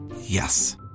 Yes